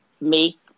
make